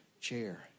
chair